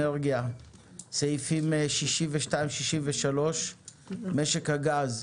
אנרגיה סעיפים 63-62 - משק הגז,